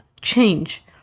change